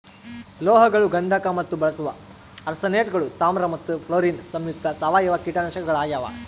ಲೋಹಗಳು ಗಂಧಕ ಮತ್ತು ಬಳಸುವ ಆರ್ಸೆನೇಟ್ಗಳು ತಾಮ್ರ ಮತ್ತು ಫ್ಲೋರಿನ್ ಸಂಯುಕ್ತ ಸಾವಯವ ಕೀಟನಾಶಕಗಳಾಗ್ಯಾವ